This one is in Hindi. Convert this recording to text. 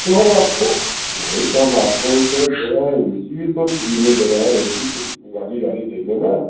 मतलब आपको वही तो हम आपको सर दे रहे इसीलिए तो फ्री में दे रहें इसी वाली गाड़ी देंगे ना